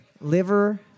liver